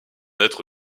être